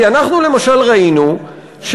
כי אנחנו למשל ראינו,